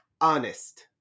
honest